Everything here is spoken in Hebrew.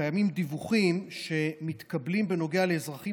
קיימים דיווחים שמתקבלים בנוגע לאזרחים